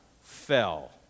fell